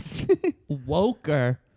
Woker